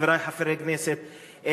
חברי חברי הכנסת,